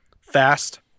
fast